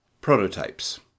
Prototypes